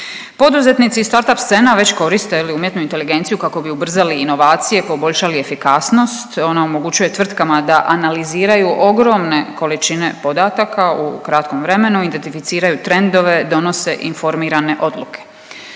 Poduzetnici start up scena već koriste umjetnu inteligenciju kako bi ubrzali inovacije, poboljšali efikasnost. Ona omogućuje tvrtkama da analiziraju ogromne količine podataka u kratkom vremenu, identificiraju trendove, donose informirane odluke.